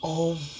oh